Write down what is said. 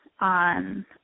on